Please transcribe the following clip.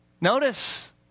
Notice